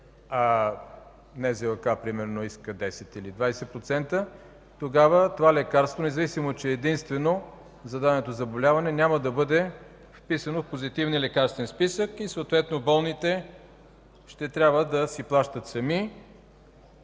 а НЗОК примерно иска 10 или 20%, тогава това лекарство, независимо че е единствено за даденото заболяване, няма да бъде вписано в Позитивния лекарствен списък и съответно болните ще трябва да си плащат сами,